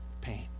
pain